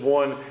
one